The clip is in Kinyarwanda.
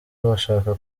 bashaka